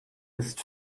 ist